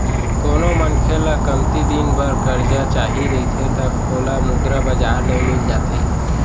कोनो मनखे ल कमती दिन बर करजा चाही रहिथे त ओला मुद्रा बजार ले मिल जाथे